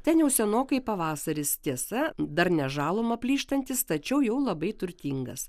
ten jau senokai pavasaris tiesa dar ne žaluma plyštantis tačiau jau labai turtingas